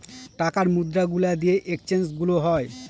টাকার মুদ্রা গুলা দিয়ে এক্সচেঞ্জ গুলো হয়